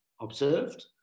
Observed